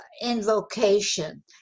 invocation